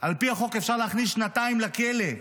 על פי החוק אפשר להכניס לשנתיים לכלא,